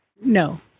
No